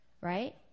right